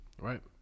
Right